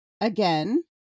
Again